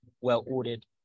well-ordered